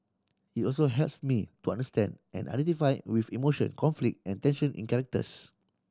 it also helps me to understand and identify with emotion conflict and tension in characters